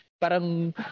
parang